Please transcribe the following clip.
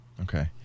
Okay